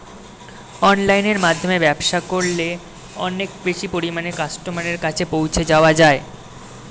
অনলাইনের মাধ্যমে ব্যবসা করলে অনেক বেশি পরিমাণে কাস্টমারের কাছে পৌঁছে যাওয়া যায়?